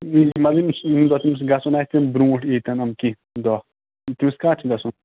ییٚلہِ ماجہِ نِش تٔمِس گَژھُن آسہِ تَمہِ برٛوٗنٛٹھ ییٖتَن یِم کیٚنٛہہ دۄہ تٔمِس کَر چھُ گَژھُن